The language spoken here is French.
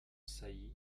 saillie